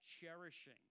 cherishing